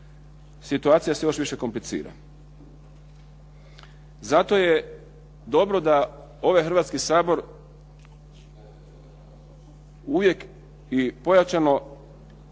situacija se još više komplicira. Zato je dobro da ovaj Hrvatski sabor uvijek i pojačano,